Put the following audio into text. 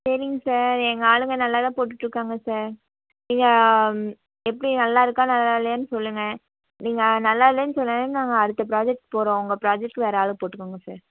சரிங் சார் எங்கள் ஆளுங்க நல்லா தான் போட்டுட் இருக்காங்க சார் நீங்கள் எப்படி நல்லா இருக்கா நல்லா இல்லையான்னு சொல்லுங்கள் நீங்கள் நல்லா இல்லேன்னு நாங்கள் அடுத்த ப்ராஜெக்ட் போகறோம் உங்கள் ப்ராஜெக்ட்க்கு வேறு ஆளப் போட்டுக்கோங்க சார்